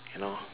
you know